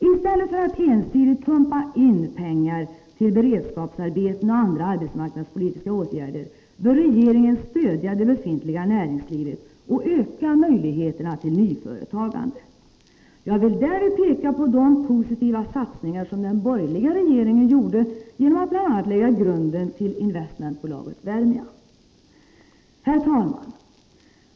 : I stället för att ensidigt ”pumpa in” pengar till beredskapsarbeten och andra arbetsmarknadspolitiska åtgärder bör regeringen stödja det befintliga näringslivet och öka möjligheterna till nyföretagande. Jag vill därvid peka på de positiva satsningar som den borgerliga regeringen gjorde, bl.a. genom att lägga grunden till investmentbolaget Wermia. Herr talman!